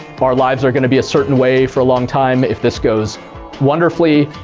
our lives are going to be a certain way for a long time. if this goes wonderfully,